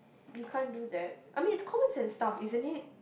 you can't do that I mean it's common sense stuff isn't it